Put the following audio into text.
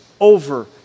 over